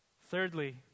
Thirdly